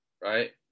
right